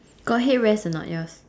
got head rest a not yours